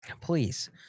Please